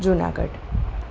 Junagadh